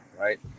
right